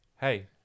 hey